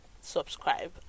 subscribe